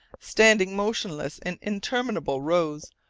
standing motionless in interminable rows,